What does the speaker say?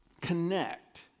connect